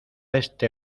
este